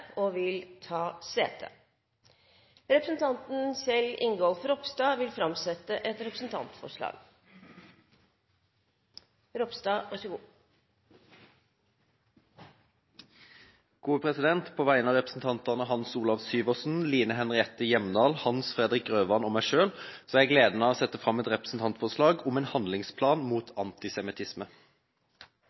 og vil ta sete. Representanten Kjell Ingolf Ropstad vil framsette et representantforslag. På vegne av representantene Hans Olav Syversen, Line Henriette Hjemdal, Hans Fredrik Grøvan og meg selv har jeg gleden av å sette fram et representantforslag om en handlingsplan mot antisemittisme.